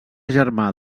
germà